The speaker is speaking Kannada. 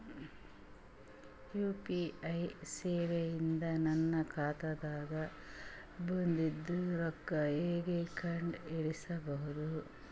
ಯು.ಪಿ.ಐ ಸೇವೆ ಇಂದ ನನ್ನ ಖಾತಾಗ ಬಂದಿದ್ದ ರೊಕ್ಕ ಹೆಂಗ್ ಕಂಡ ಹಿಡಿಸಬಹುದು?